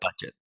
budget